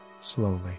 slowly